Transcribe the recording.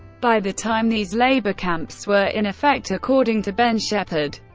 by the time these labour camps were in effect, according to ben shepherd,